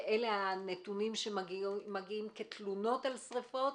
הנתונים שמגיעים כתלונות על שריפות,